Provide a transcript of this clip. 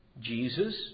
Jesus